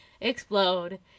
explode